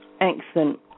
Excellent